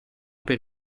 per